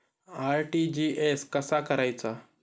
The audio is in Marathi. आर.टी.जी.एस कसा करायचा?